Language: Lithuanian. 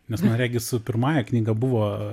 nes man regis su pirmąja knyga buvo